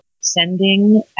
sending